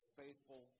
faithful